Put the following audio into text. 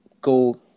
go